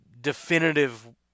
definitive